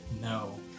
no